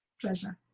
pleasure.